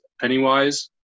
Pennywise